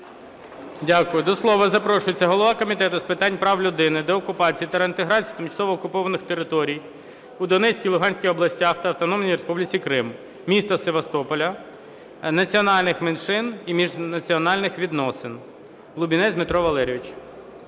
Дякую. До слова запрошується голова Комітету з питань прав людини, деокупації та реінтеграції тимчасово окупованих територій у Донецькій, Луганській областях та Автономної Республіці Крим, міста Севастополя, національних меншин і міжнаціональних відносин Лубінець Дмитро Валерійович.